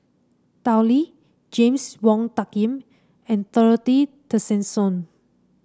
Tao Li James Wong Tuck Yim and Dorothy Tessensohn